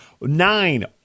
Nine